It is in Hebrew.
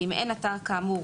ואם אין אתר כאמור